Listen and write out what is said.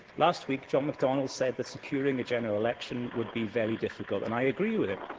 last week, john mcdonnell said that securing a general election would be very difficult, and i agree with him.